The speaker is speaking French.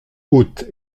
haute